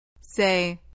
Say